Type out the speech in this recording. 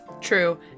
True